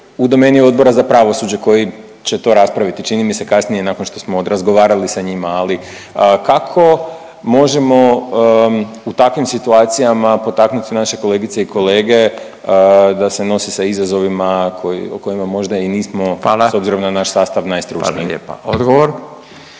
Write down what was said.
u domeni Odbora za pravosuđe koji će to raspraviti čini mi se kasnije nakon što smo razgovarali sa njima, ali kako možemo u takvim situacijama potaknuti naše kolegice i kolege da se nose sa izazovima koji, o kojima možda i nismo…/Upadica Radin: Hvala/…s obzirom na naš sastav najstručniji? **Radin,